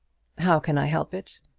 how can i help it?